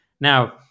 Now